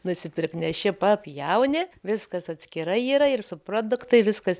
nusipirkt nes čia papjauni viskas atskirai yra ir subproduktai viskas